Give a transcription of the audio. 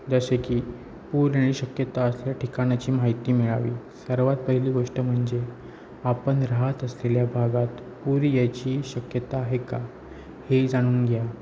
जसे की पूर येण्याची शक्यता असल्या ठिकाणाची माहिती मिळावी सर्वात पहिली गोष्ट म्हणजे आपण राहत असलेल्या भागात पूर यायची शक्यता आहे का हे जाणून घ्या